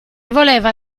voleva